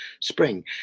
spring